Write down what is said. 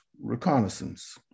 reconnaissance